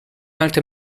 alte